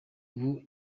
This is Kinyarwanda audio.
ubu